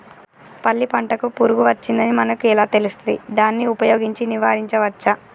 పల్లి పంటకు పురుగు వచ్చిందని మనకు ఎలా తెలుస్తది దాన్ని ఉపయోగించి నివారించవచ్చా?